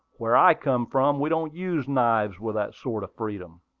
where i come from we don't use knives with that sort of freedom.